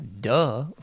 duh